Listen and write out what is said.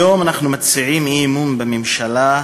היום אנחנו מציעים אי-אמון בממשלה,